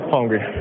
Hungry